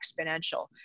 exponential